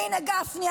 הינה גפני,